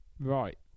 Right